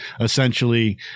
essentially